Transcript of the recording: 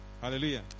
Hallelujah